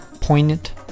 poignant